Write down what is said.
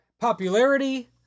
popularity